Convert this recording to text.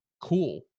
cool